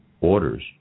orders